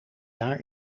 jaar